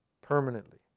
permanently